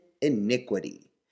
iniquity